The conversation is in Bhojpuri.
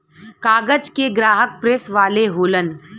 कागज के ग्राहक प्रेस वाले होलन